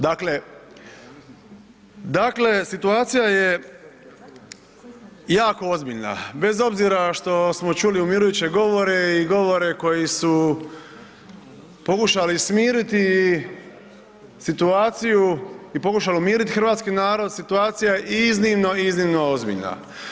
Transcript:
Dakle, dakle situacija je jako ozbiljna bez obzira što smo čuli umirujuće govore i govore koji su pokušali smiriti situaciju i pokušali umiriti hrvatski narod, situacija je iznimno, iznimno ozbiljna.